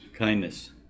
kindness